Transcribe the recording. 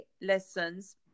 lessons